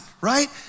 right